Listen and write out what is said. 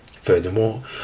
Furthermore